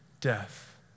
death